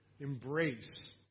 embrace